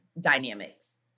dynamics